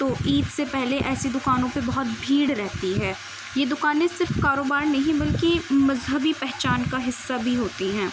تو عید سے پہلے ایسی دکانوں پہ بہت بھیڑ رہتی ہے یہ دکانیں صرف کاروبار نہیں بلکہ مذہبی پہچان کا حصہ بھی ہوتی ہیں